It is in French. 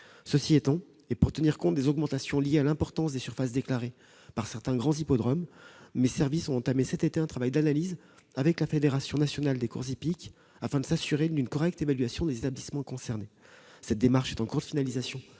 Cela étant, pour tenir compte des augmentations liées à l'importance des surfaces déclarées par certains grands hippodromes, mes services ont entamé cet été un travail d'analyse avec les représentants de la Fédération nationale des courses hippiques afin de s'assurer de la correcte évaluation des établissements concernés. Cette démarche en cours de finalisation